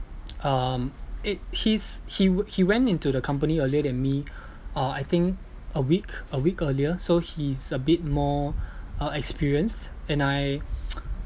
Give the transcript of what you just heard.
um it his he he went into the company earlier than me or I think a week a week earlier so he's a bit more uh experienced and I